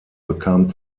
bekam